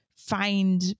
find